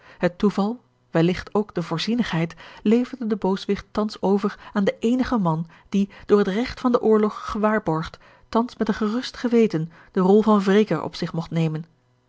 het toeval welligt ook de voorzienigheid leverde den booswicht thans over aan den eenigen man die door het regt van den oorlog gewaarborgd thans met een gerust geweten de rol van wreker op zich mogt nemen